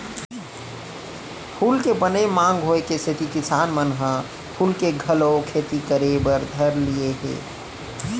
फूल के बनेच मांग होय के सेती किसान मन ह फूल के घलौ खेती करे बर धर लिये हें